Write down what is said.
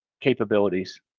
capabilities